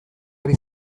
ari